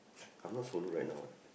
I'm not solo right now what